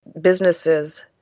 businesses